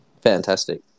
fantastic